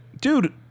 dude